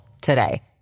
today